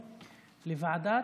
לוועדת,